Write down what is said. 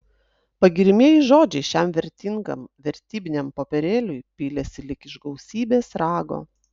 pagiriamieji žodžiai šiam vertingam vertybiniam popierėliui pylėsi lyg iš gausybės rago